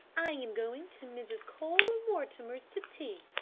i am going to mrs. cole-mortimer's to tea,